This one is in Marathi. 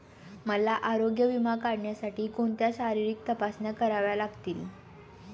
मला आरोग्य विमा काढण्यासाठी कोणत्या शारीरिक तपासण्या कराव्या लागतील?